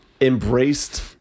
embraced